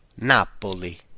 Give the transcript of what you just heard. Napoli